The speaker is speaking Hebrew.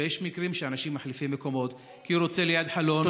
ויש מקרים שאנשים מחליפים מקומות כי הוא רוצה ליד חלון,